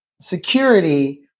security